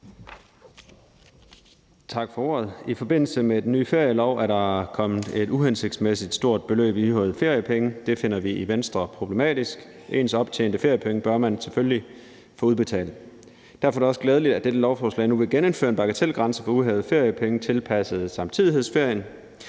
Tak for ordet. I forbindelse med den nye ferielov er der kommet et uhensigtsmæssigt stort beløb af uhævede feriepenge. Det finder vi i Venstre problematisk. Ens optjente feriepenge bør man selvfølgelig få udbetalt. Derfor er det også glædeligt, at dette lovforslag nu vil genindføre en bagatelgrænse for uhævede feriepenge tilpasset samtidighedsferien.